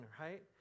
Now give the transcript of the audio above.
right